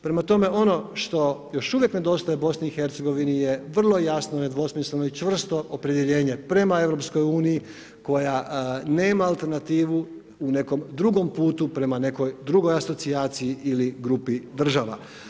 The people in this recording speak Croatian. Prema tome, ono što još uvijek nedostaje BiH je vrlo jasno nedvosmisleno i čvrsto opredjeljenje prema EU koja nema alternativu u nekom drugom putu, prema nekoj drugoj asocijaciji ili grupi država.